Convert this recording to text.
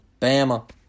Bama